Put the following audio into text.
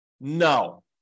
No